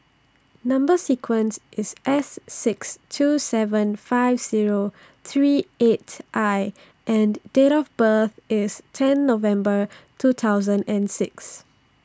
Number sequence IS S six two seven five Zero three eight I and Date of birth IS ten November two thousand and six